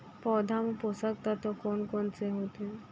पौधे मा पोसक तत्व कोन कोन से होथे?